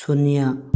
ꯁꯨꯅ꯭ꯌꯥ